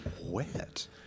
wet